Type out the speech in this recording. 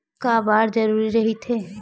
का बार जरूरी रहि थे?